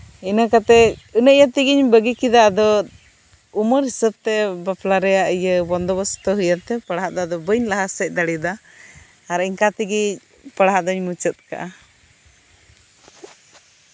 ᱤᱱᱟᱹ ᱠᱟᱛᱮ ᱤᱱᱟᱹ ᱤᱭᱟᱹ ᱛᱮᱜᱮᱧ ᱵᱟᱜᱤ ᱠᱮᱫᱟ ᱟᱫᱚ ᱩᱢᱮᱹᱨ ᱦᱤᱥᱟᱹᱵᱽ ᱛᱮ ᱵᱟᱯᱞᱟ ᱨᱮᱭᱟᱜ ᱤᱭᱟᱹ ᱵᱚᱱᱫᱳ ᱵᱚᱥᱛᱳ ᱦᱳᱭᱮᱱ ᱛᱮ ᱯᱟᱲᱦᱟᱜ ᱫᱚ ᱵᱟᱹᱧ ᱞᱟᱦᱟ ᱥᱮᱱ ᱫᱟᱲᱮᱭᱟᱫᱟ ᱟᱨ ᱮᱱᱠᱟ ᱛᱮᱜᱮ ᱯᱟᱲᱦᱟᱜ ᱫᱩᱧ ᱢᱩᱪᱟᱹᱫ ᱠᱮᱫᱼᱟ